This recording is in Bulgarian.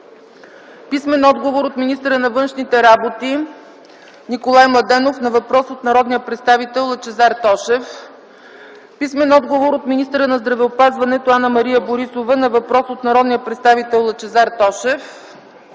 Тошев; - от министъра на външните работи Николай Младенов на въпрос от народния представител Лъчезар Тошев; - от министъра на здравеопазването Анна-Мария Борисова на въпрос от народния представител Лъчезар Тошев;